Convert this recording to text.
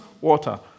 water